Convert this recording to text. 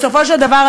בסופו של דבר,